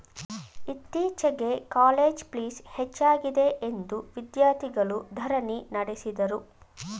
ಇತ್ತೀಚೆಗೆ ಕಾಲೇಜ್ ಪ್ಲೀಸ್ ಹೆಚ್ಚಾಗಿದೆಯೆಂದು ವಿದ್ಯಾರ್ಥಿಗಳು ಧರಣಿ ನಡೆಸಿದರು